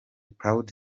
proud